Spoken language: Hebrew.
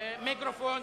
60 נגד,